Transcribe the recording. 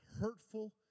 hurtful